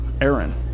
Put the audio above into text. Aaron